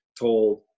told